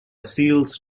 seals